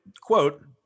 quote